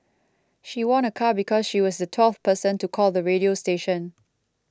she won a car because she was the twelfth person to call the radio station